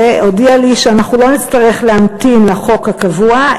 הודיע לי שאנחנו לא נצטרך להמתין לחוק הקבוע,